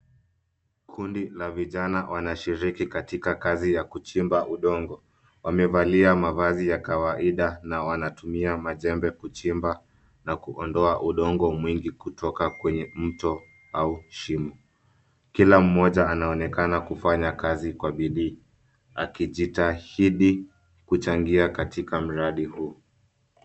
Kundi la vijana wanashiriki katika kazi ya kuchimba udongo wamevalia mavazi ya kawaida na wanatumia majembe kuchimba na kuondoa udongo mwingi kutoka kwenye mto au shimo kila mmoja anaonekana kufanya kazi kwa bidii akijitahidi kuchangia katika mradi huu.